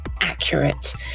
accurate